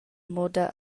moda